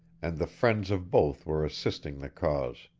and the friends of both were assisting the cause.